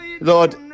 Lord